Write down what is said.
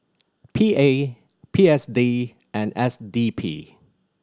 P A P S D and S D P